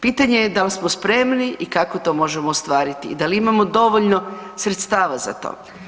Pitanje je da li smo spremi i kako to možemo ostvariti i da li imamo dovoljno sredstava za to?